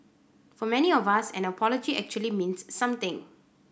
for many of us an apology actually means something